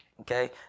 okay